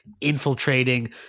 infiltrating